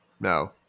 No